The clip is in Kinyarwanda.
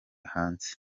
hanze